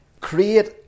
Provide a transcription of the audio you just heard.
create